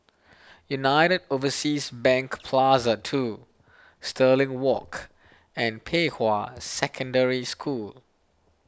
United Overseas Bank Plaza two Stirling Walk and Pei Hwa Secondary School